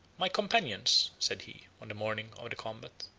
my companions, said he, on the morning of the combat,